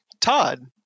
Todd